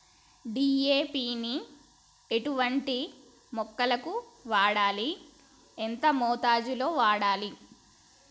DAP ని ఎటువంటి మొక్కలకు వాడాలి? ఎంత మోతాదులో వాడాలి?